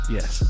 Yes